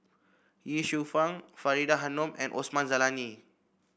Ye Shufang Faridah Hanum and Osman Zailani